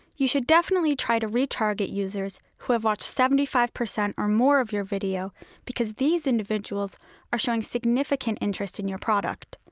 you should definitely try to retarget users who have watched seventy five percent or more of your video because these individuals are showing significant interest in your product.